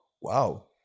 Wow